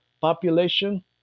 population